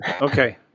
Okay